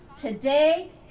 today